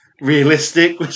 realistic